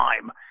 time